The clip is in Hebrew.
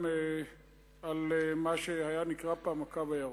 על מה שנקרא פעם "הקו הירוק".